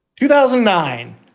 2009